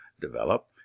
develop